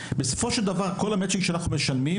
בסופו של דבר כל המצ'ינג שאנחנו משלמים,